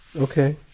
Okay